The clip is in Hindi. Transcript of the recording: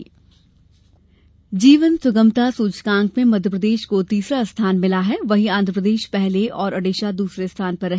पुरस्कार जीवन सुगमता सूचकांक में मध्यप्रदेश को तीसरा स्थान मिला है वहीं आंध्र प्रदेश पहले और ओडिशा दूसरे स्थान पर रहे